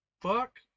fuck